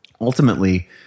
ultimately